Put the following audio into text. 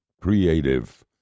creative